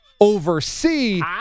oversee